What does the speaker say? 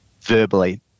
verbally